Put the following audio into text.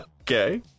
Okay